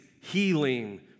healing